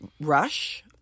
Rush